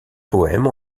poème